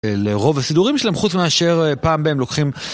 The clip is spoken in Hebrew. אה.. לרוב הסידורים שלהם, חוץ מאשר אה.. פעם ב.. הם לוקחים...